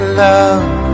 love